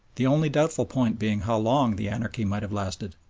the only doubtful point being how long the anarchy might have lasted.